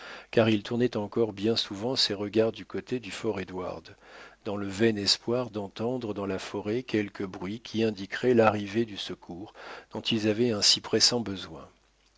car il tournait encore bien souvent ses regards du côté du fort édouard dans le vain espoir d'entendre dans la forêt quelque bruit qui indiquerait l'arrivée du secours dont ils avaient un si pressant besoin